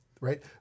right